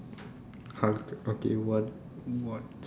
Hulk okay what what